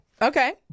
Okay